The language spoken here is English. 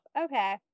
Okay